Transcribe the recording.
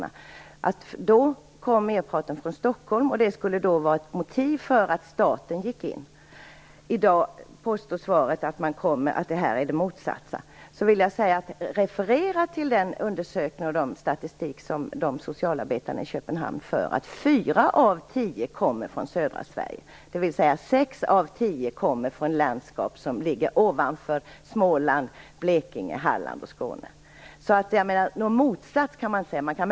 Merparten kom tidigare från Stockholm, och det var då ett motiv för att staten gick in. I dagens svar påstås att förhållandet är det motsatta. Jag vill referera till den undersökning och statistik som socialarbetarna i Köpenhamn har utarbetat, enligt vilken 4 av 10 kommer från södra Sverige. Det betyder att 6 av 10 kommer från landskap som ligger ovanför Småland, Blekinge, Halland och Skåne. Att utvecklingen går åt motsatt håll kan man inte hävda.